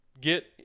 get